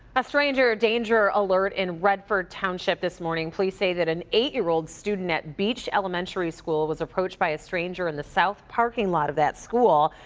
a stranger danger alert in redford township this morning. police say an eight year old student at beech elementary school was approached by a stranger in the south parking lot of that school.